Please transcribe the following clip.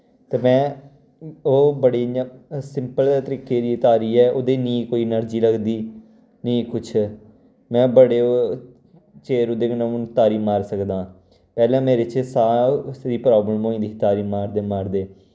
ते में ओह् बड़ी इ'यां सिंपल तरीके दी तारी ऐ ओह्दे निं कोई एनर्जी लगदी निं कुच्छ में बड़े चिर उदे कन्नै हून तारी मार सकदा हां पैह्लैं मेरे च साह् दी प्राब्लम होई जंदी ही तारी मारदे मारदे